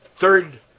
third